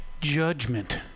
judgment